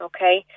Okay